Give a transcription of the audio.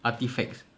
artefacts